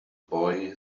boy